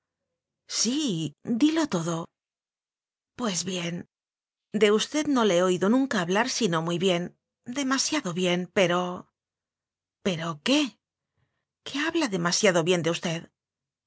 sí dilo todo pues bien de usted no le he oído nunca hablar sino muy bien demasiado bien pero pero qué que habla demasiado bien de usted